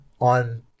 on